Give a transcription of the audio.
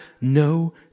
no